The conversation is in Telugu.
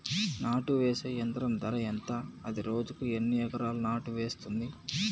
నాటు వేసే యంత్రం ధర ఎంత? అది రోజుకు ఎన్ని ఎకరాలు నాటు వేస్తుంది?